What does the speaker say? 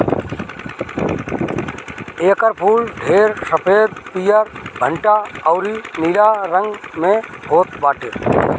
एकर फूल ढेर सफ़ेद, पियर, भंटा अउरी नीला रंग में होत बाटे